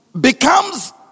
becomes